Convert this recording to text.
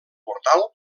portal